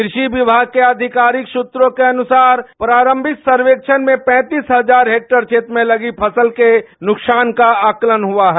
कृषि विभाग के आधिकारिक सूत्रों के अनुसार प्रारंभिक सर्वेक्षण में पैंतीस हजार हेक्टेयर क्षेत्र में लगी फसल के नुकसान का आकलन हुआ है